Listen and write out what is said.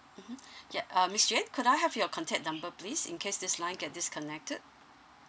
mmhmm yeah uh miss jane could I have your contact number please in case this line get disconnected